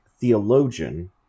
theologian